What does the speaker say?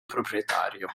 proprietario